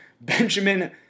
Benjamin